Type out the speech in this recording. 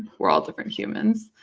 we're all different humans.